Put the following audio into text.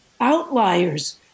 outliers